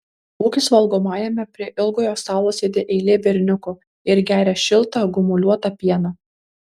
ūkis valgomajame prie ilgojo stalo sėdi eilė berniukų ir geria šiltą gumuliuotą pieną